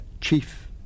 chief